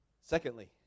Secondly